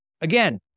Again